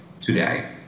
today